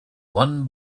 one